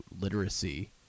literacy